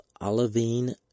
olivine